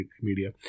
media